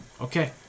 Okay